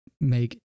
make